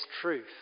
truth